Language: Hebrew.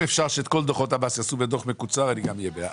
ואם אפשר שאת כל דו"חות המס יעשו בדו"ח מקוצר אני גם אהיה בעד.